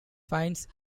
finds